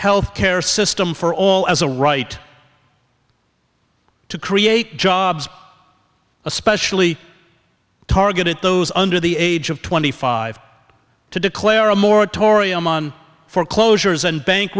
health care system for all as a right to create jobs especially target those under the age of twenty five to declare a moratorium on foreclosures and bank